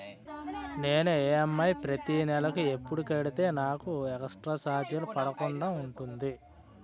నేను ఈ.ఎమ్.ఐ ప్రతి నెల ఎపుడు కడితే నాకు ఎక్స్ స్త్ర చార్జెస్ పడకుండా ఉంటుంది?